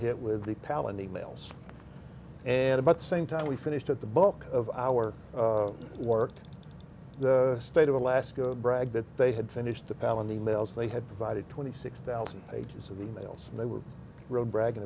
hit with the palin e mails and about the same time we finished at the bulk of our work the state of alaska bragged that they had finished the palin e mails they had provided twenty six thousand pages of e mails and they were bragging